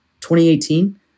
2018